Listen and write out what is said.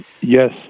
Yes